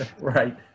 Right